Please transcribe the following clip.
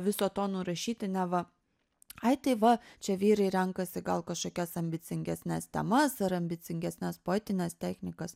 viso to nurašyti neva ai tai va čia vyrai renkasi gal kažkokias ambicingesnes temas ar ambicingesnes poetines technikas